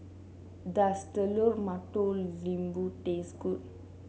does Telur Mata Lembu taste good